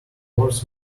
words